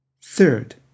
Third